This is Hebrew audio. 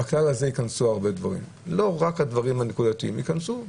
ובכלל הזה ייכנסו הרבה דברים ולא רק הדברים הנקודתיים ייכנסו,